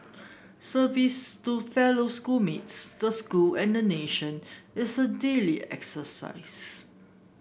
service to fellow school mates the school and the nation is a daily exercise